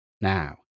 Now